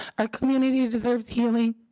our community deserves healing.